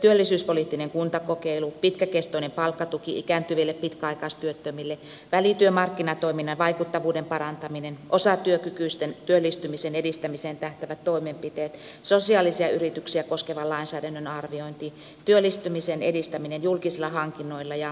työllisyyspoliittinen kuntakokeilu pitkäkestoinen palkkatuki ikääntyville pitkäaikaistyöttömille välityömarkkinatoiminnan vaikuttavuuden parantaminen osatyökykyisten työllistymisen edistämiseen tähtäävät toimenpiteet sosiaalisia yrityksiä koskevan lainsäädännön arviointi työllistymisen edistäminen julkisilla hankinnoilla ja sosiaalihuoltolain uudistaminen